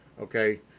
Okay